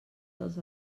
dels